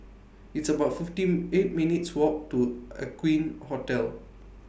It's about fifteen eight minutes' Walk to Aqueen Hotel